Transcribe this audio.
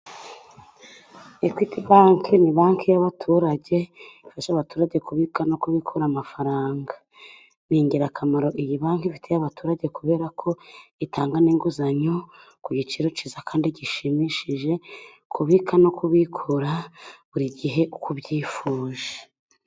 Ekwiti bake ni banki y'abaturage, ifasha abaturage kubika no kubikura amafaranga, ni ingirakamaro iyi banki ifitiye abaturage kubera ko itanga inguzanyo ku giciro cyiza kandi gishimishije kubika no kubikura buri gihe ukobyifuje.